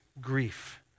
grief